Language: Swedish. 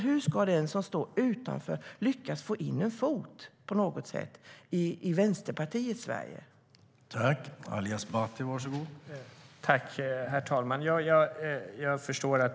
Hur ska den som står utanför lyckas få in en fot på arbetsmarknaden på något sätt i Vänsterpartiets Sverige?